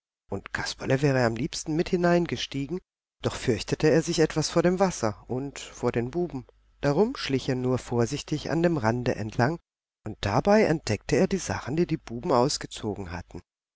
und kasperle wäre am liebsten mit hineingestiegen doch fürchtete er sich etwas vor dem wasser und vor den buben darum schlich er nur vorsichtig an dem rande entlang und dabei entdeckte er die sachen die die buben ausgezogen hatten